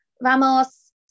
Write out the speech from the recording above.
vamos